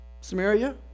Samaria